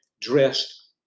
dressed